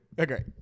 Okay